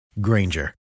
Granger